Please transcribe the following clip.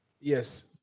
Yes